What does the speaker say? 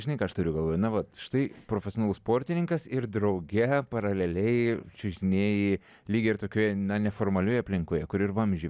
žinai ką aš turiu galvoj na vat štai profesionalus sportininkas ir drauge paraleliai čiužinėji lyg ir tokioje na neformalioj aplinkoje kur ir vamzdžiai